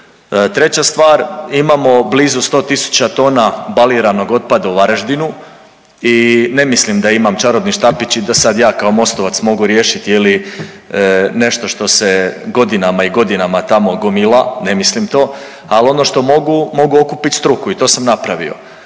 Treća stvar imamo blizu 100.000 tona baliranog otpada u Varaždinu i ne mislim da imam čarobni štapić i da sad ja kao Mostovac mogu riješiti nešto što se godinama i godinama tamo gomila, ne mislim to, al ono što mogu, mogu okupit struku i to sam napravio.